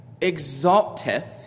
exalteth